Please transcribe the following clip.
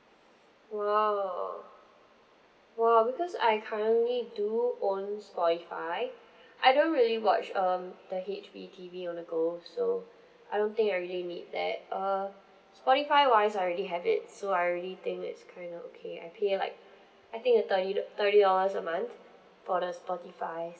!wow! !wow! because I currently do own spotify I don't really watch um the H B T_V on the go so I don't think I really need that uh spotify wise I already have it so I really think it's kind of okay I pay like I think a thirty thirty dollars a month for the spotify